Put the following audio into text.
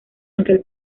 aquel